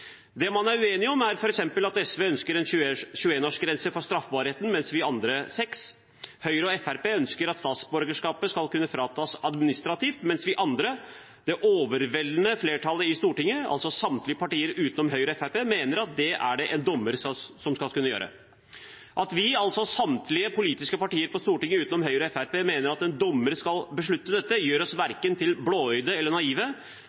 Det man er uenige om, er f.eks. at SV ønsker en 21-årsgrense for straffbarheten. Høyre og Fremskrittspartiet ønsker at statsborgerskapet skal kunne fratas administrativt, mens vi andre seks, det overveldende flertallet i Stortinget, altså samtlige partier unntatt Høyre og Fremskrittspartiet, mener at det er det en dommer som skal kunne gjøre. At vi, altså samtlige politiske partier på Stortinget unntatt Høyre og Fremskrittspartiet, mener at en dommer skal beslutte dette, gjør oss verken blåøyde eller naive.